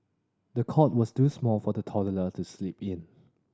the cot was too small for the toddler to sleep in